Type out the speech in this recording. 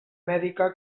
mèdica